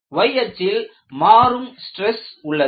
Y அச்சில் மாறும் stress உள்ளது